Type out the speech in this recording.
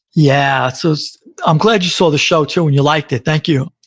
yeah. so so i'm glad you saw the show, too, and you liked it. thank you.